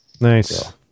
Nice